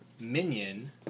minion